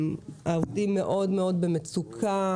העובדים במצוקה,